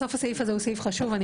בסוף הסעיף הזה הוא סעיף חשוב ואני